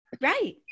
Right